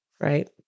right